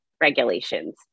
regulations